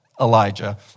Elijah